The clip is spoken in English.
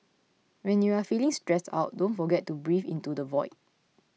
when you are feeling stressed out don't forget to breathe into the void